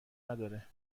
نداره